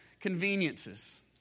Conveniences